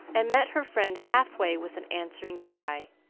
and met her friend half-way with an answering cry.